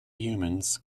humans